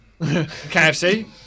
KFC